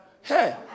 hey